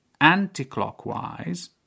anticlockwise